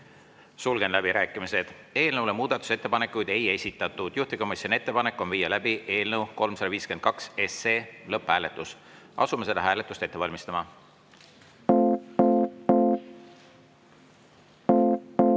Sulgen läbirääkimised. Eelnõu kohta muudatusettepanekuid ei esitatud. Juhtivkomisjoni ettepanek on viia läbi eelnõu 352 lõpphääletus. Asume seda hääletust ette valmistama. Head